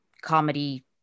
comedy